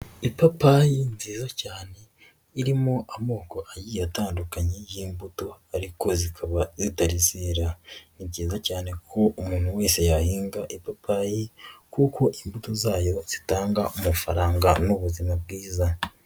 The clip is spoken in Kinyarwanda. Ipapayi nziza cyane, irimo amoko agiye atandukanye y'imbuto ariko zikaba zitarizera. Ni byiza cyane ko umuntu wese yahinga ipapayi kuko imbuto zayo zitanga amafaranga n'ubuzima bwiza.